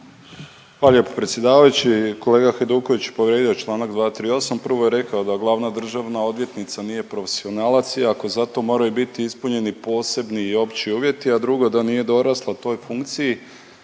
Hvala lijepo predsjedavajući. Kolega Hajduković povrijedio je čl. 238. Prvo je rekao da Glavna državna odvjetnica nije profesionalac iako zato moraju biti ispunjeni posebni i opći uvjeti, a drugo da nije dorasla toj funkciji.